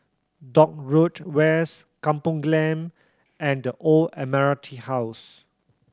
Dock Road West Kampong Glam and The Old Admiralty House